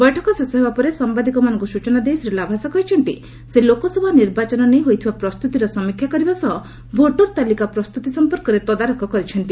ବୈଠକ ଶେଷ ହେବା ପରେ ସାମ୍ବାଦିକମାନଙ୍କୁ ସୂଚନା ଦେଇ ଶ୍ରୀ ଲାଭାସା କହିଛନ୍ତି ସେ ଲୋକସଭା ନିର୍ବାଚନ ନେଇ ହୋଇଥିବା ପ୍ରସ୍ତୁତିର ସମୀକ୍ଷା କରିବା ସହ ଭୋଟର ତାଳିକା ପ୍ରସ୍ତତି ସମ୍ପର୍କରେ ତଦାରଖ କରିଛନ୍ତି